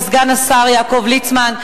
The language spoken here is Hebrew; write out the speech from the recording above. לסגן השר יעקב ליצמן,